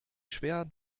schwer